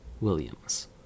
Williams